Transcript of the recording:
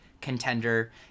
contender